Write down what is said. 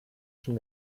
schon